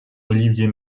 olivier